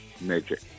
Magic